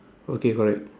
okay correct